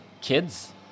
kids